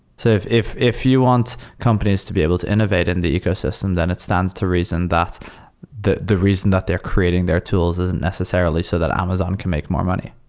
so if if you want companies to be able to innovate in the ecosystem, then it stands to reason that the the reason that they're creating their tools isn't necessarily so that amazon can make more money.